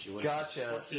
Gotcha